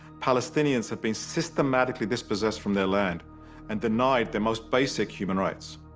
palestinians have been systematically dispossessed from their land and denied their most basic human rights.